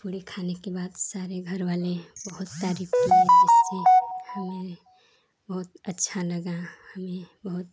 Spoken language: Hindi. आलू की पूड़ी खाने के बाद सारे घरवाले बहुत तारीफ़ किए जैसे कि हमें बहुत अच्छा लगा हमें बहुत